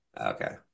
Okay